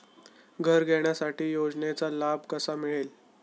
घर घेण्यासाठी योजनेचा लाभ कसा मिळेल?